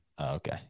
okay